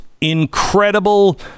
incredible